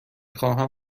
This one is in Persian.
خواهم